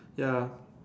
ya